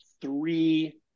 three